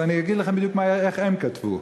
אז אני אגיד לכם בדיוק איך הם כתבו,